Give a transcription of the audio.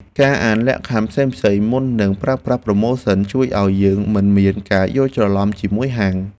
ការអានលក្ខខណ្ឌផ្សេងៗមុនពេលប្រើប្រាស់ប្រូម៉ូសិន ជួយឱ្យយើងមិនមានការយល់ច្រឡំជាមួយហាង។